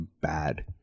bad